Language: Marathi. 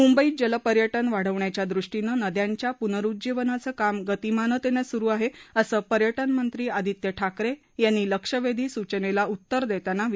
मुंबईत जलपर्यटन वाढवण्याच्या दृष्टीनं नद्यांच्या पुनरुज्जीवनाचं काम गतिमानतेनं सुरु आहे असं पर्यटन मंत्री आदित्य ठाकरे यांनी लक्षवेधी सूचनेला उत्तर देताना विधानपरिषदेत सांगितलं